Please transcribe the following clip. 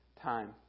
time